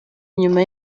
nyuma